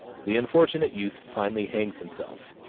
the unfortunate youth finally hangs himself.